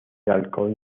halcón